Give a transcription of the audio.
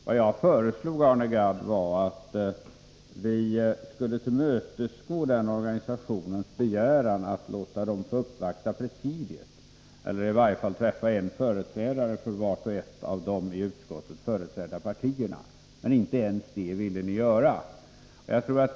Vad jag föreslog, Arne Gadd, var att vi skulle tillmötesgå begäran från organisationen TCO-are för fondomröstning om att få uppvakta presidiet eller i varje fall en representant för vart och ett av de i utskottet företrädda partierna. Men inte ens detta ville ni gå med på.